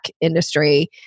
industry